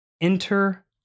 Enter